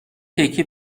تکه